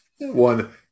One